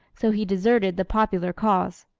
so he deserted the popular cause.